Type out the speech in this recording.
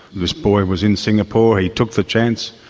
this boy was in singapore, he took the chance,